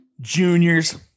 juniors